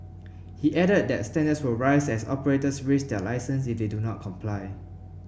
he added that standards will rise as operators risk their licence if they do not comply